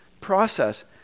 process